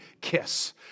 kiss